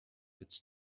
its